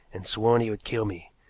and sworn he would kill me.